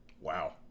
Wow